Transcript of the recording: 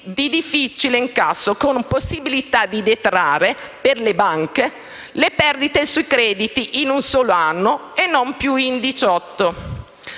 di difficile incasso, con possibilità per le banche di detrarre le perdite sui crediti in un solo anno e non più in